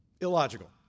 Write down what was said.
illogical